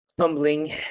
Humbling